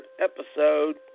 episode